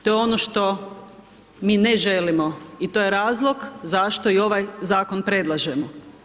To je ono što mi ne želimo i to je razlog zašto i ovaj Zakon predlažemo.